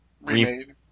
remade